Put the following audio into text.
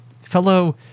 fellow